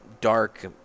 dark